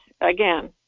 again